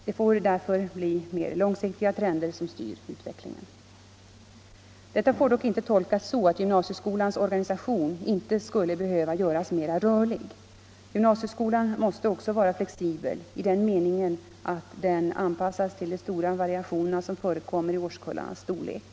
Det får därför bli mer långsiktiga trender som styr utvecklingen. Detta får dock inte tolkas så att gymnasieskolans organisation inte skulle behöva göras méra rörlig. Gymnasieskolan måste också vara flexibel i den meningen att den anpassas till de stora variationer som förekommer i årskullarnas storlek.